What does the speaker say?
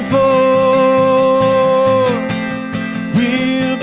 o v